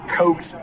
coach